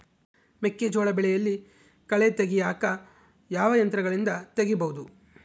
ಮೆಕ್ಕೆಜೋಳ ಬೆಳೆಯಲ್ಲಿ ಕಳೆ ತೆಗಿಯಾಕ ಯಾವ ಯಂತ್ರಗಳಿಂದ ತೆಗಿಬಹುದು?